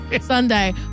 Sunday